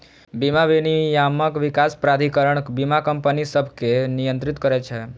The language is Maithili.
बीमा विनियामक विकास प्राधिकरण बीमा कंपनी सभकें नियंत्रित करै छै